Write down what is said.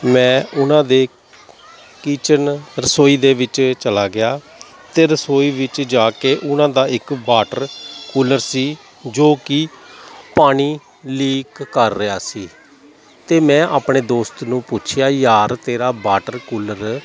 ਮੈਂ ਉਹਨਾਂ ਦੇ ਕਿਚਨ ਰਸੋਈ ਦੇ ਵਿੱਚ ਚਲਾ ਗਿਆ ਅਤੇ ਰਸੋਈ ਵਿੱਚ ਜਾ ਕੇ ਉਹਨਾਂ ਦਾ ਇੱਕ ਵਾਟਰ ਕੂਲਰ ਸੀ ਜੋ ਕਿ ਪਾਣੀ ਲੀਕ ਕਰ ਰਿਹਾ ਸੀ ਅਤੇ ਮੈਂ ਆਪਣੇ ਦੋਸਤ ਨੂੰ ਪੁੱਛਿਆ ਯਾਰ ਤੇਰਾ ਵਾਟਰ ਕੁੱਲਰ